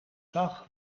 zag